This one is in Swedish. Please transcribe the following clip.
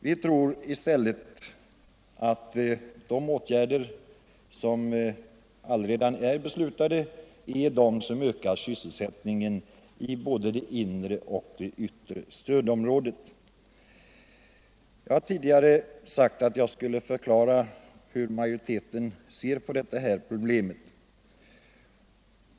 Vi tror i stället att det är de åtgärder som redan är beslutade som ökar sysselsättningen i både det inre och det yttre stödområdet. Jag skall förklara hur majoriteten ser på detta problem.